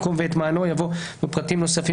במקום "ואת מענו" יבוא "ופרטים נוספים